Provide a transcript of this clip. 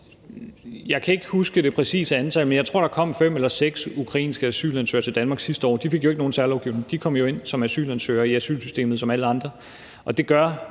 Jeg kan ikke huske det præcise antal, men jeg tror, at der kom fem eller seks ukrainske asylansøgere til Danmark sidste år. De fik jo ikke nogen særlovgivning; de kom ind som asylansøgere via asylsystemet som alle andre. Og det gør